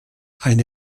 eine